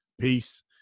Peace